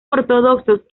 ortodoxos